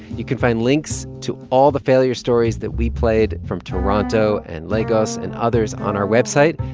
you can find links to all the failure stories that we played from toronto and lagos and others on our website.